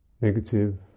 Negative